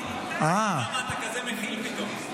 לא, היא שאלה אותי, אותי, למה אתה כזה מכיל פתאום.